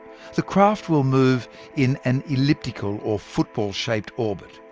the craft will move in an elliptical, or football shaped orbit.